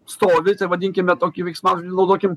stovi tai vadinkime tokį veiksmažodį naudokim